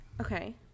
Okay